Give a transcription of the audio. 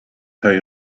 tie